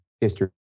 history